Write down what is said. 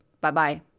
Bye-bye